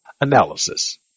Analysis